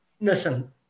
listen